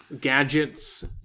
gadgets